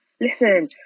Listen